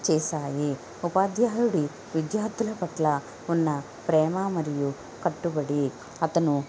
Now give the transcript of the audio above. చేశాయి ఉపాధ్యాయుడి విద్యార్థుల పట్ల ఉన్న ప్రేమ మరియు కట్టుబడి అతను